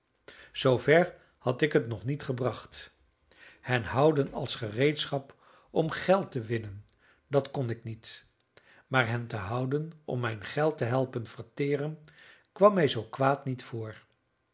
zoover had ik het nog niet gebracht hen houden als gereedschap om geld te winnen dat kon ik niet maar hen te houden om mijn geld te helpen verteren kwam mij zoo kwaad niet voor